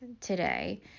today